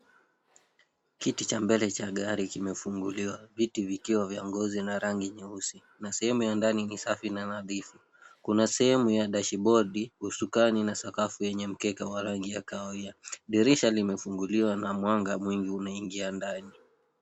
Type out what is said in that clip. Kiti cha mbele cha gari kimefunguliwa. Viti vikiwa vya ngozi na rangi nyeusi, na sehemu ya ndani ni safi na nadhifu. Kuna sehemu ya dashbodi, usukani, na sakafu yenye mkeka wa rangi ya kahawia. Dirisha limefunguliwa na mwanga mwingi unaingia ndani.